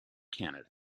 canada